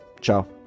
Ciao